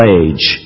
age